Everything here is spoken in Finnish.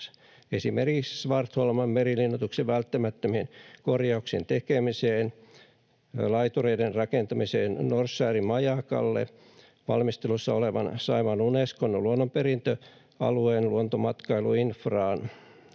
esimerkiksi Svartholman merilinnoituksen välttämättömien korjauksien tekemiseen, laitureiden rakentamiseen Norrskärin majakalle, valmistelussa olevan Saimaan Unescon luonnonperintöalueen luontomatkailuinfraan,